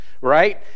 Right